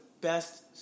best –